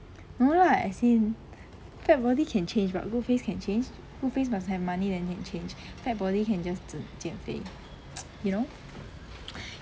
no lah as in fat body can change [what] but good face can change good face must have money then can change fat body can just 纸减肥 you know